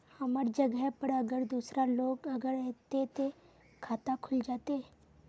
हमर जगह पर अगर दूसरा लोग अगर ऐते ते खाता खुल जते?